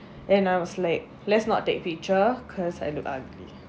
and I was like let's not take picture cause I look ugly